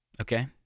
okay